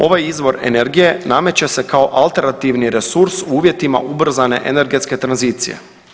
Ovaj izvor energije nameće se kao alternativni resurs u uvjetima ubrzane energetske tranzicije.